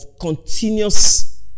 continuous